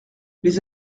les